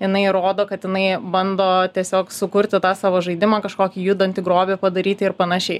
jinai rodo kad jinai bando tiesiog sukurti tą savo žaidimą kažkokį judantį grobį padaryti ir panašiai